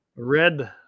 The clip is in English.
Red